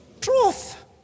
truth